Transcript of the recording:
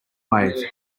wave